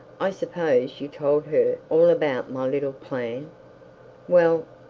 i suppose you told her all about my little plan well,